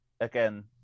again